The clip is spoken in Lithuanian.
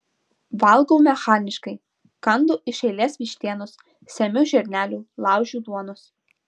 valgau mechaniškai kandu iš eilės vištienos semiu žirnelių laužiu duonos